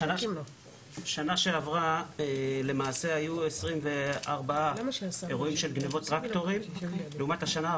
שנה שעברה למעשה היו 24 אירועים של גניבות טרקטורים לעומת השנה,